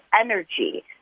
energy